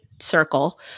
circle